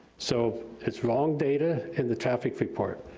so it's wrong data in the traffic report.